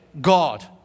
God